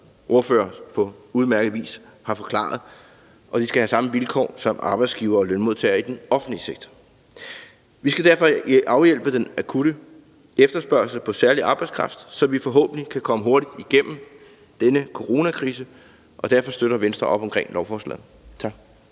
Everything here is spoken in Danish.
ordfører på udmærket vis har forklaret. Vi skal derfor afhjælpe den akutte efterspørgsel på særlig arbejdskraft, så vi forhåbentlig kan komme hurtigt igennem denne coronakrise, og derfor støtter Venstre op om lovforslaget. Tak.